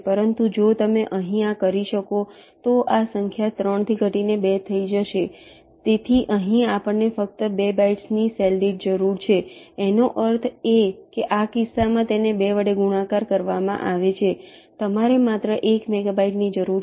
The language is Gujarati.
પરંતુ જો તમે અહીં આ કરી શકો તો આ સંખ્યા 3 ઘટીને 2 થઈ જશે તેથી અહીં આપણને ફક્ત 2 બાઈટસ ની સેલ દીઠ જરૂર છે તેનો અર્થ એ કે આ કિસ્સામાં તેને 2 વડે ગુણાકાર કરવામાં આવે છે તમારે માત્ર 1 મેગાબાઈટની જરૂર છે